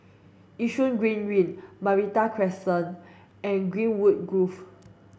Yishun Green Link Meranti Crescent and Greenwood Grove